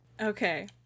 Okay